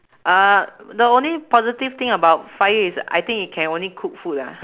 uh the only positive thing about fire is I think it can only cook food ah